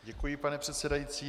Děkuji, pane předsedající.